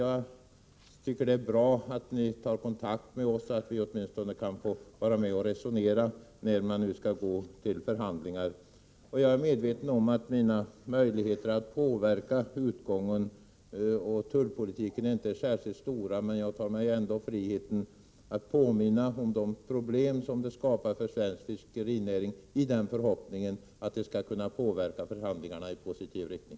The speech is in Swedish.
Jag tycker att det är bra att ni tar kontakt med oss, så att vi åtminstone kan få vara med och resonera när man nu skall gå till förhandlingar. Jag är medveten om att mina möjligheter att påverka utgången och tullpolitiken inte är särskilt stora. Men jag tar mig ändå friheten att påminna om de problem som skapats för svensk fiskerinäring, i förhoppning om att det skall kunna påverka förhandlingarna i positiv riktning.